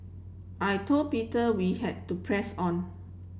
I told Peter we had to press on